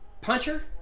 puncher